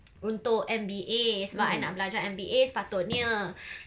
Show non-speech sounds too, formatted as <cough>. <noise> untuk M_B_A sebab I nak belajar M_B_A sepatutnya <breath>